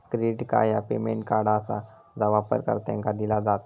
credit card ह्या payment card आसा जा वापरकर्त्यांका दिला जात